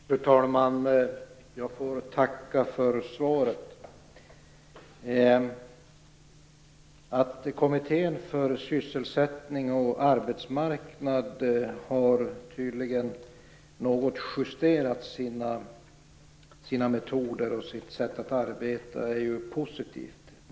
Fru talman! Jag får tacka för svaret. Att kommittén för sysselsättning och arbetsmarknad tydligen något har justerat sina metoder och sitt sätt att arbeta är positivt.